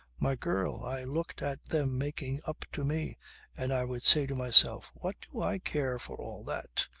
my girl, i looked at them making up to me and i would say to myself what do i care for all that!